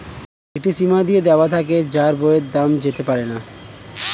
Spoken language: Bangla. একটি সীমা দিয়ে দেওয়া থাকে যার বাইরে দাম যেতে পারেনা